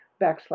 backslash